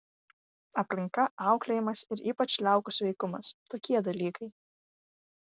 aplinka auklėjimas ir ypač liaukų sveikumas tokie dalykai